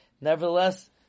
Nevertheless